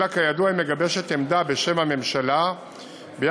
אלא כידוע היא מגבשת עמדה בשם הממשלה ביחס